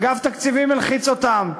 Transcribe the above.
אגף תקציבים הלחיץ אותם,